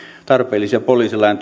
tarpeellisia poliisilain